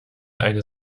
eine